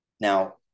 Now